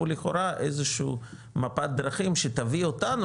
הוא לכאורה איזשהו מפת דרכים שתביא אותנו,